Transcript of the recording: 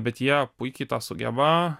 bet jie puikiai tą sugeba